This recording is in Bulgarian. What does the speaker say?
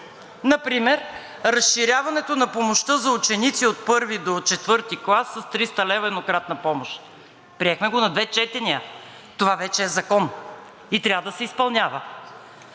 Например разширяването на помощта за ученици от първи до четвърти клас с 300 лв. еднократна помощ. Приехме го на две четения. Това вече е закон и трябва да се изпълнява,